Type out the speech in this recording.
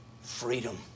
freedom